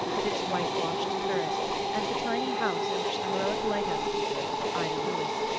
with its white-washed turret and the tiny house in which the heroic light-house keeper, ida lewis,